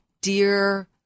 dear